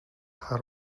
хар